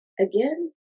again